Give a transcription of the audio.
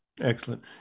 Excellent